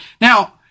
Now